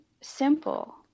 simple